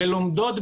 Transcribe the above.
בלומדות,